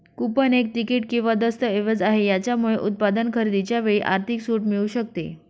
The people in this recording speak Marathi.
कुपन एक तिकीट किंवा दस्तऐवज आहे, याच्यामुळे उत्पादन खरेदीच्या वेळी आर्थिक सूट मिळू शकते